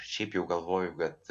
šiaip jau galvoju kad